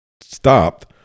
stopped